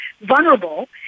vulnerable